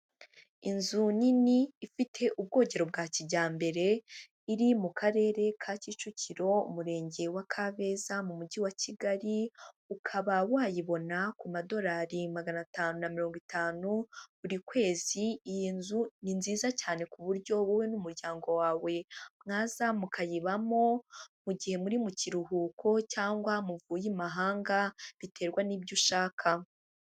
Inzu nini ifite ubwogero bwa kijyambere, iri mu karere ka Kicukiro umurenge wa Kabeza mu mujyi wa Kigali, ukaba wayibona ku madorari magana atanu na mirongo itanu buri kwezi, iyi nzu ni nziza cyane ku buryo wowe n'umuryango wawe mwaza mukayibamo, mu gihe muri mu kiruhuko cyangwa muvuye i mahanga biterwa n'ibyo ushaka.